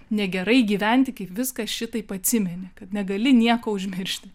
negerai gyventi kai viską šitaip atsimeni kad negali nieko užmiršti